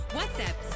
WhatsApp